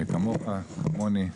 כמוך, כמוני,